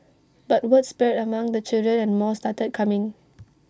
but word spread among the children and more started coming